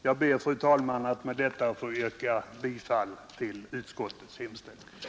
Jag ber, fru talman, med det anförda att få yrka bifall till utskottets hemställan.